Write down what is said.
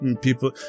people